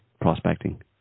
prospecting